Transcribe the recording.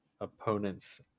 opponent's